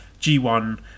G1